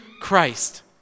Christ